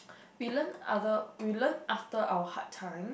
we learnt other we learnt after our hard times